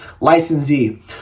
licensee